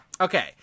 Okay